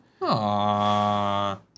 Aww